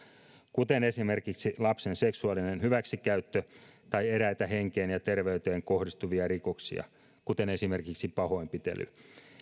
kuten esimerkiksi lapsen seksuaalinen hyväksikäyttö tai eräitä henkeen ja terveyteen kohdistuvia rikoksia kuten esimerkiksi pahoinpitely